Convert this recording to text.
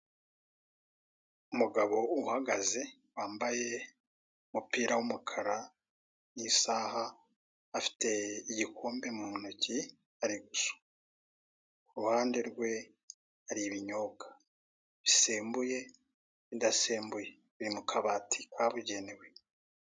Umugabo uhagaze wambaye umupira w'umukara, isaaha, afite igikombe mu ntoki ari gusuka, iruhande rwe hari ibinyobwa bisembuye n'ibidasembuye biri mu kabati kabugenewe.